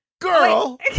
girl